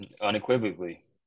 unequivocally